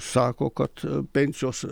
sako kad pensijos